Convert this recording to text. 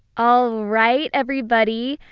alright everybody.